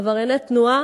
עברייני תנועה